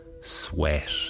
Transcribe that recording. sweat